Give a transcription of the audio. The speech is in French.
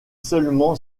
seulement